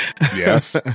Yes